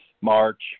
March